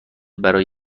برای